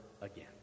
again